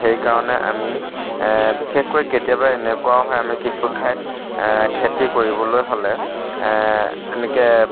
সেইকাৰণে আমি বিশেষকৈ কেতিয়াবা এনেকুৱাও হয় আমি কিছু ঠাইত খেতি কৰিবলৈ হ'লে এনেকে